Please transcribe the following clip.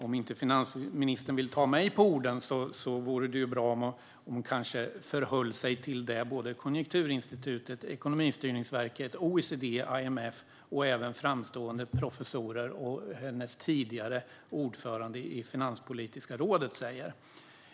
Om finansministern inte vill ta mig på orden vore det bra om hon förhöll sig till det som Konjunkturinstitutet, Ekonomistyrningsverket, OECD, IMF och framstående professorer och hennes tidigare ordförande i Finanspolitiska rådet säger.